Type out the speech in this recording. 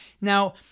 Now